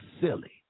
silly